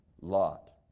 lot